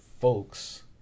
folks